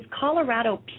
Colorado